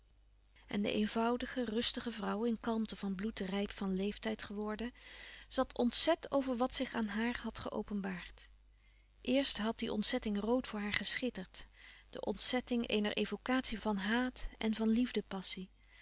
en de eenvoudige rustige vrouw in kalmte van bloed rijp van leeftijd geworden zat ontzet over wat zich aan haar had geopenbaard eerst had die ontzetting rood voor haar geschitterd de ontzetting eener evocatie van haat en van